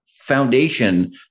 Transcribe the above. foundation